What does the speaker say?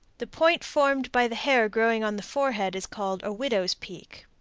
the point formed by the hair growing on the forehead is called a widow's peak.